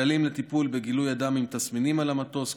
כללים לטיפול בגילוי אדם עם תסמינים על המטוס,